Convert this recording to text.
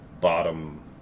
bottom